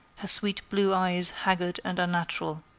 her sweet blue eyes haggard and unnatural.